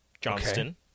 Johnston